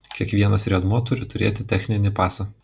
kiekvienas riedmuo turi turėti techninį pasą